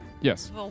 Yes